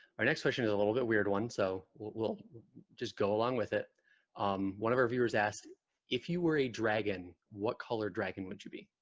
our next question is a little bit weird one so we'll we'll just go along with it um one of our viewers asked if you were a dragon what color dragon would you be